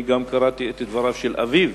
אני גם קראתי את דבריו של אביו